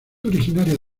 originaria